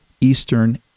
eastern